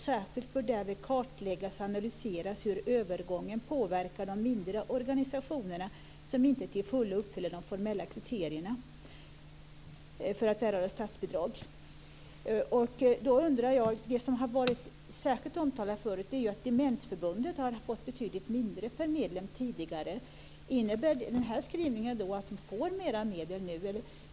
Särskilt bör därvid kartläggas och analyseras hur övergången påverkar de mindre organisationerna som inte till fullo uppfyller de formella kriterierna för att erhålla statsbidrag". Det som har varit särskilt omtalat förut är att Demensförbundet har fått betydligt mindre per medlem tidigare. Innebär den här skrivningen att det får mer medel nu?